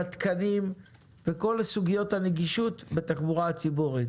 בתקנים ובכל סוגיות הנגישות בתחבורה הציבורית.